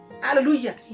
Hallelujah